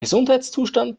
gesundheitszustand